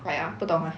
!aiya! 不懂 lah